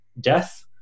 Death